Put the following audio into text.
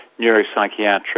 neuropsychiatric